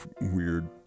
weird